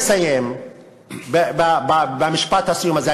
אני רק רוצה לסיים במשפט הסיום הזה.